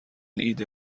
ایده